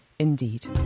Indeed